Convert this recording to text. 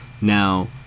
now